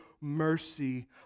mercy